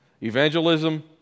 Evangelism